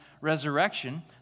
resurrection